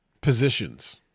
positions